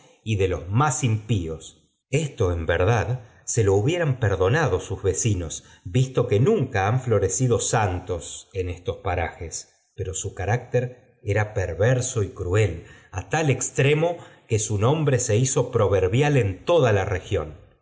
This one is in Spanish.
y de p los impíos esto en verdad se lo hubieran f perdonado sus vecinos visto que nunca han flomecido santos en estos parajes pero su carácter era perverso y cruel á tal extremo que su nomore se hizo proverbial en toda la región